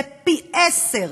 זה פי-עשרה.